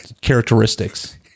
characteristics